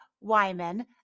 Wyman